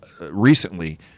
recently